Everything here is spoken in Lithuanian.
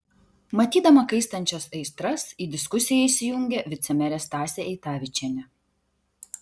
matydama kaistančias aistras į diskusiją įsijungė vicemerė stasė eitavičienė